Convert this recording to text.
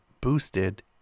boosted